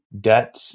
debt